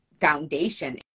foundation